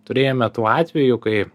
turėjome tų atvejų kai